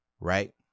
Right